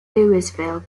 louisville